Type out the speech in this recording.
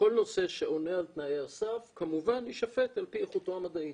וכל נושא שעונה על תנאי הסף כמובן יישפט על פי איכותו המדעית